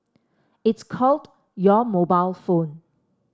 it's called your mobile phone